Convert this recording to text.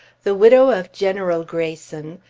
the widow of general greyson,